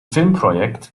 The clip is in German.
filmprojekt